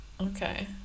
Okay